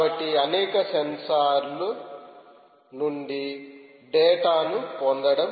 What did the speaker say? కాబట్టి అనేక సెన్సార్ల నుండి డేటాను పొందడం